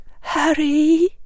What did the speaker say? Harry